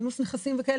כינוס נכסים וכולי.